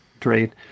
trade